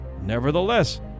Nevertheless